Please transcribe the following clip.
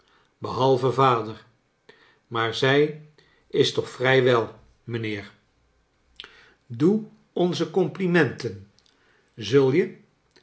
behalve vader maar zij is toch vrij wel mijnheer doe onze complimenten zul je